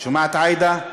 את שומעת, עאידה?